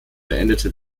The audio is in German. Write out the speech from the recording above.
beendete